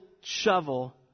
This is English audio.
shovel